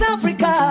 Africa